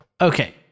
Okay